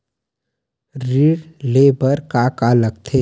ऋण ले बर का का लगथे?